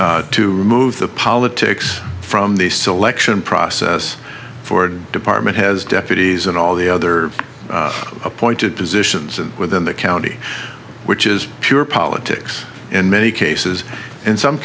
to remove the politics from the selection process ford department has deputies in all the other appointed positions and within the county which is pure politics in many cases in some